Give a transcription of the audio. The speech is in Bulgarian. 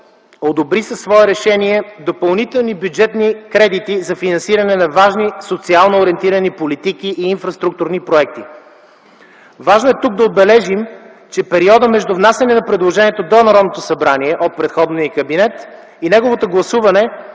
одобри със свое решение допълнителни бюджетни кредити за финансиране на важни социално ориентирани политики и инфраструктурни проекти. Важно е тук да отбележим, че периода между внасяне на предложението до Народното събрание от предходния кабинет и неговото гласуване